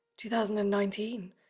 2019